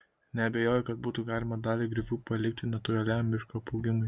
neabejoju kad būtų galima dalį griovių palikti natūraliam miško apaugimui